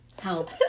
Help